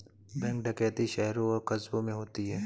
bank डकैती शहरों और कस्बों में होती है